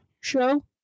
show